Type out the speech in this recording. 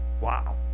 Wow